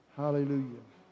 hallelujah